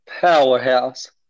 powerhouse